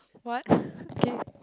what okay